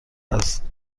است